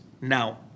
Now